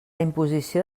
imposició